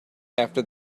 after